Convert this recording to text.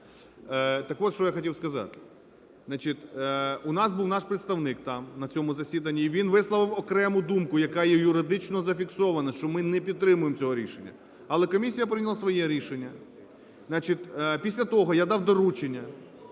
Так от, що я хотів сказати. У нас був наш представник там на цьому засіданні і він висловив окрему думку, яка є юридично зафіксована, що ми не підтримуємо цього рішення, але комісія прийняла своє рішення. Значить, після того я дав доручення